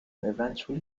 eventually